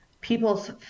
people's